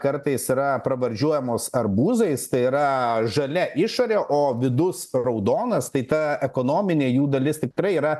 kartais yra pravardžiuojamos arbūzais tai yra žalia išorė o vidus raudonas tai ta ekonominė jų dalis tikrai yra